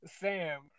sam